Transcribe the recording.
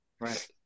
Right